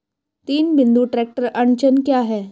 तीन बिंदु ट्रैक्टर अड़चन क्या है?